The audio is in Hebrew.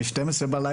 בשעה 00:00,